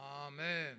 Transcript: Amen